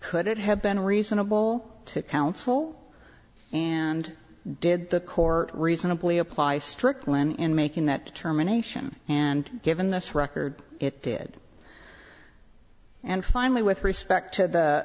could it have been reasonable to counsel and did the court reasonably apply stricklin in making that determination and given this record it did and finally with respect to